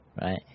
right